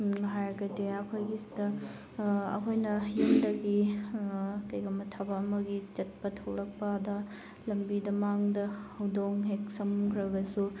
ꯍꯥꯏꯔꯒꯗꯤ ꯑꯩꯈꯣꯏꯒꯤ ꯁꯤꯗ ꯑꯩꯈꯣꯏꯅ ꯌꯨꯝꯗꯒꯤ ꯀꯩꯒꯨꯝꯕ ꯊꯕꯛ ꯑꯃꯒꯤ ꯆꯠꯄ ꯊꯣꯛꯂꯛꯄꯗ ꯂꯃꯕꯤꯗ ꯃꯥꯡꯗ ꯍꯧꯗꯣꯡ ꯍꯦꯛ ꯁꯝꯈ꯭ꯔꯒꯁꯨ